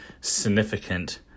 significant